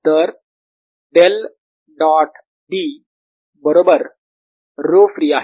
तर del dot d बरोबर ρ free आहे